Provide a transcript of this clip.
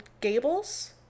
Gables